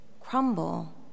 crumble